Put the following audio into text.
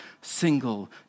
single